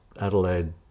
Adelaide